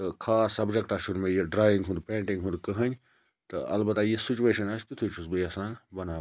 خاص سَبجَکٹا چھُ نہٕ مےٚ یہِ ڈرایِنٛگ ہُنٛد پینٛٹِنٛگ ہُنٛد کٕہٕنۍ تہٕ اَلبَتہِ یِژھ سِچویشَن آسہِ تِتھُے چھُس بہٕ یَژھان بَناوُن